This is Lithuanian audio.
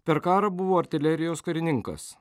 per karą buvo artilerijos karininkas